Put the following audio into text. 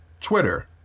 Twitter